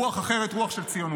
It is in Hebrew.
רוח אחרת, רוח של ציונות.